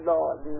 Lord